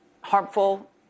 harmful